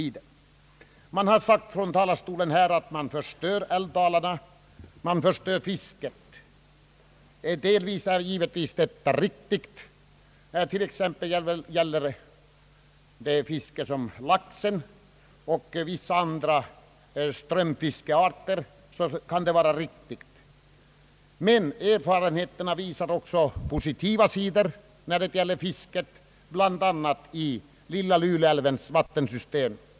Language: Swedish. Det har sagts från denna talarstol att man förstår älvdalarna och fisket. Delvis är detta riktigt, t.ex. vad gäller lax och vissa andra strömfiskarter. Men erfarenheterna visar också att utbyggnad av älvar haft en positiv effekt på fisket, bl.a. i Lilla Luleälvens vattensystem.